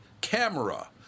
Camera